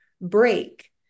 break